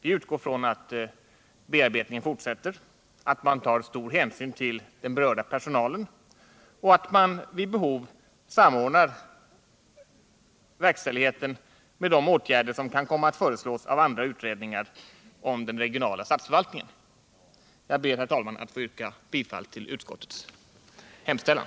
Vi utgår ifrån att bearbetningen fortsätter, att man tar stor hänsyn till den berörda personalen och att man vid behov samordnar verkställigheten med de åtgärder som kan komma att föreslås av andra utredningar om den regionala statsförvaltningen. Jag ber, herr talman, att få yrka bifall till utskottets hemställan.